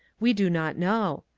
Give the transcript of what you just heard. we do not know.